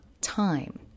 time